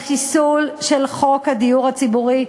לחיסול של חוק הדיור הציבורי,